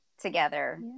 together